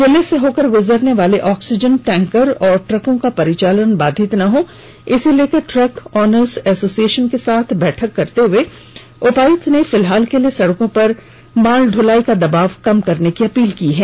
जिले से होकर गुजरने वाले ऑक्सीजन टैंकर और ट्रकों का परिचालन बाधित न हो इसे लेकर ट्रक ऑनर एसोसिएशन के साथ बैठक करते हुए उपायुक्त ने फिलहाल के लिए सड़कों पर माल दुलाई का दबाव कम करने की अपील की है